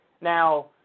Now